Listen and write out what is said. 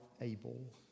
able